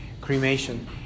cremation